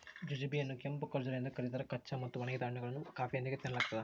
jujube ಯನ್ನುಕೆಂಪು ಖರ್ಜೂರ ಎಂದು ಕರೀತಾರ ಕಚ್ಚಾ ಮತ್ತು ಒಣಗಿದ ಹಣ್ಣುಗಳನ್ನು ಕಾಫಿಯೊಂದಿಗೆ ತಿನ್ನಲಾಗ್ತದ